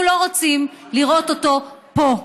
אנחנו לא רוצים לראות אותו פה.